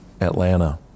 Atlanta